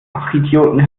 fachidioten